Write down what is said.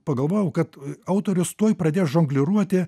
pagalvojau kad autorius tuoj pradės žongliruoti